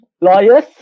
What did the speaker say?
lawyers